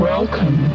Welcome